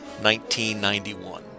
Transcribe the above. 1991